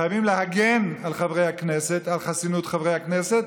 חייבים להגן על חברי הכנסת על חסינות חברי הכנסת,